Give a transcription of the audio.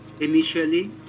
initially